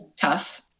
tough